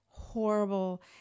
horrible